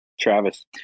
Travis